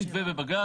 יש מתווה בבג"ץ,